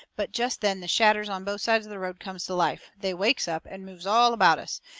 but jest then the shadders on both sides of the road comes to life. they wakes up, and moves all about us.